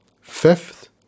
fifth